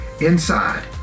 inside